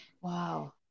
Wow